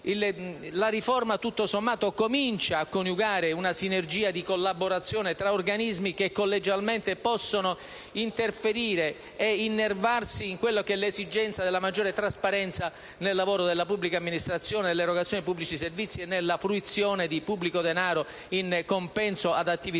La riforma, quindi, comincia a coniugare una sinergia di collaborazione tra organismi che collegialmente possono interferire e innervarsi nell'esigenza di una maggiore trasparenza nell'ambito del lavoro della pubblica amministrazione, dell'erogazione dei pubblici servizi e della fruizione di pubblico denaro come compenso per le attività